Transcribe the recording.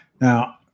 Now